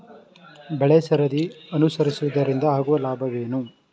ಬೆಳೆಸರದಿ ಅನುಸರಿಸುವುದರಿಂದ ಆಗುವ ಲಾಭವೇನು?